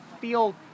feel